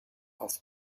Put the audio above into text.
auf